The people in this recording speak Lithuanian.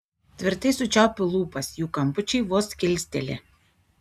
tvirtai sučiaupiu lūpas jų kampučiai vos kilsteli